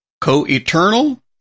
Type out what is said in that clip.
co-eternal